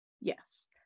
Yes